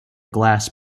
glass